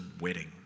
wedding